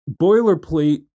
boilerplate